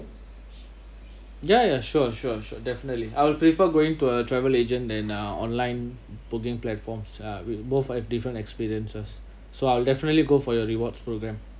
ya ya sure sure sure definitely I'll prefer going to a travel agent than uh online booking platforms uh with both I have different experiences so I'll definitely go for your rewards program